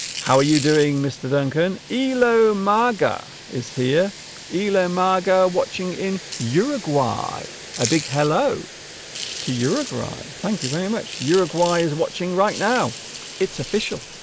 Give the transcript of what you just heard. how are you doing mr. duncan ello marga is here ela marga watching in uruguay a big hello to uruguay thank you very much uruguay is watching right now it's official